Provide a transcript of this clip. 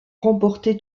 remporté